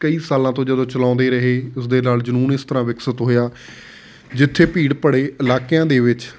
ਕਈ ਸਾਲਾਂ ਤੋਂ ਜਦੋਂ ਚਲਾਉਂਦੇ ਰਹੇ ਉਸਦੇ ਲਾਲ ਜਨੂੰਨ ਇਸ ਤਰ੍ਹਾਂ ਵਿਕਸਿਤ ਹੋਇਆ ਜਿੱਥੇ ਭੀੜ ਭਰੇ ਇਲਾਕਿਆਂ ਦੇ ਵਿੱਚ